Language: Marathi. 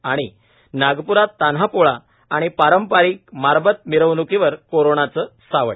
त नागप्रात तान्हा पोळा आणि पारंपरिक मारबत मिरवण्कीवर कोरोनाचा सावट